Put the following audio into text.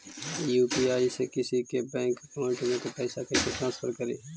UPI से किसी के बैंक अकाउंट में पैसा कैसे ट्रांसफर करी?